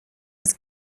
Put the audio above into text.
his